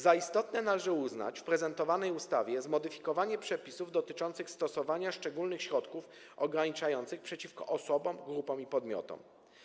Za istotne należy uznać w prezentowanej ustawie zmodyfikowanie przepisów dotyczące stosowania szczególnych środków ograniczających przeciwko osobom, grupom i podmiotom.